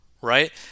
right